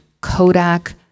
Kodak